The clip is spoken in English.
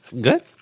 Good